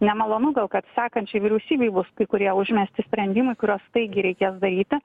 nemalonu gal kad sekančiai vyriausybei bus kai kurie užmesti sprendimai kuriuos staigiai reikės daryti